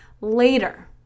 later